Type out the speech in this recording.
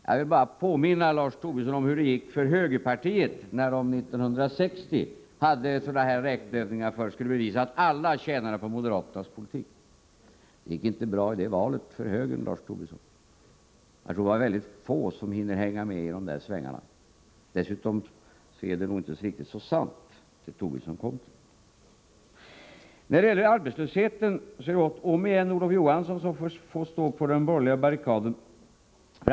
Jag vill bara påminna Lars Tobisson om hur det gick för högerpartiet när man år 1960 hade liknande räkneövningar, som skulle bevisa att alla tjänade på dess politik. Det gick inte bra i det valet för högern, Lars Tobisson. Jag tror det är få som hänger med i de svängarna, och dessutom är det som Lars Tobisson kommer med nog inte riktigt så sant. När det gäller arbetslösheten är det återigen Olof Johansson som får stå på den borgerliga barrikaden.